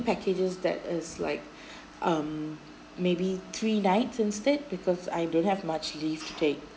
packages that is like um maybe three nights instead because I don't have much leave to take